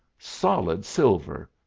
solid silver,